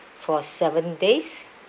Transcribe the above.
for seven days